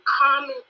common